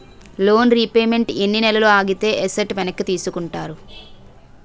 Loan repayment ఎన్ని నెలలు ఆగితే ఎసట్ వెనక్కి తీసుకుంటారు?